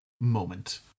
moment